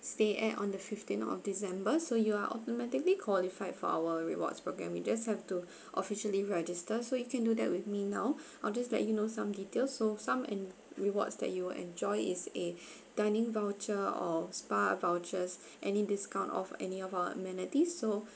stay at on the fifteen of december so you are automatically qualified for our rewards program you just have to officially register so you can do that with me now I'll just let you know some details so some and rewards that you will enjoy is a dining voucher or spa vouchers any discount off any of our amenities so